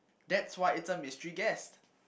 that's why it's a mystery guest